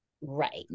Right